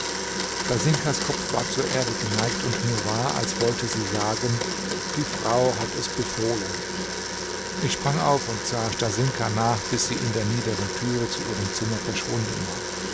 stasinkas kopf war zur erde geneigt und mir war als wollte sie sagen die frau hat es befohlen ich sprang auf und sah stasinka nach bis sie in der niederen türe zu ihrem zimmer verschwunden war